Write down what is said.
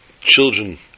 children